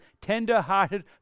Tender-hearted